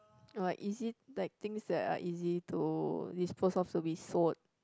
or like easy like things that are easy to dispose off to be sold